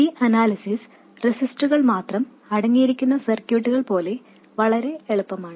ഈ അനാലിസിസ് റെസിസ്റ്ററുകൾ മാത്രം അടങ്ങിയിരിക്കുന്ന സർക്യൂട്ടുകൾ പോലെ വളരെ എളുപ്പമാണ്